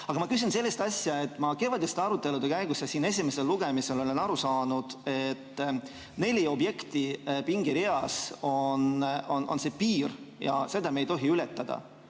Aga ma küsin sellist asja. Ma kevadiste arutelude käigus ja siin esimesel lugemisel olen aru saanud, et neli objekti pingereas on see piir ja seda me ei tohi ületada.